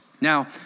Now